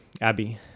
Abby